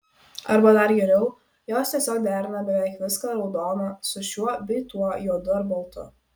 arba dar geriau jos tiesiog derina beveik viską raudoną su šiuo bei tuo juodu ar baltu